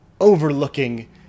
overlooking